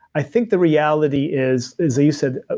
i think the reality is, as you said,